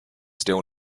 still